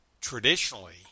traditionally